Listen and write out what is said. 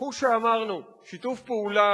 הוא שאמרנו שיתוף פעולה,